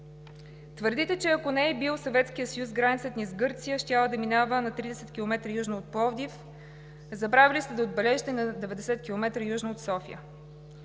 Твърдите, че ако не е бил Съветският съюз, границата ни с Гърция е щяла да минава на 30 км южно от Пловдив. Забравили сте да отбележите – на 90 км южно от София.